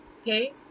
Okay